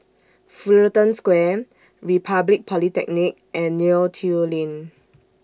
Fullerton Square Republic Polytechnic and Neo Tiew Lane